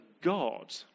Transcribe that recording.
God